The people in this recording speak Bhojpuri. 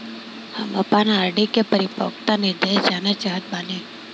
हम आपन आर.डी के परिपक्वता निर्देश जानल चाहत बानी